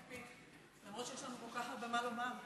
נקפיד, למרות שיש לנו כל כך הרבה מה לומר.